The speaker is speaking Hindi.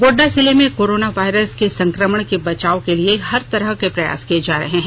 गोड्डा जिले में कोरोना वायरस के संकमण से बचाव के लिए हर तरह के प्रयास किये जा रहे हैं